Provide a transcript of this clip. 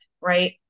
Right